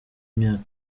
imyaka